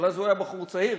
אבל אז הוא היה בחור צעיר,